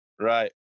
right